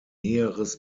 näheres